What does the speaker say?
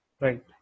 Right